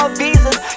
visas